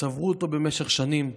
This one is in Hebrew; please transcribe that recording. שצברו אותו במשך שנים,